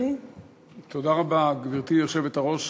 גברתי היושבת-ראש,